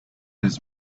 his